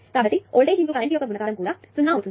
కాబట్టి voltage current యొక్క గుణకారం కూడా 0 అవుతుంది